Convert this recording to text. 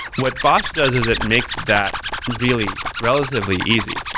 what bosh does is it makes that really relatively easy.